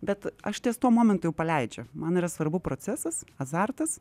bet aš tuo momentu jau paleidžiu man yra svarbu procesas azartas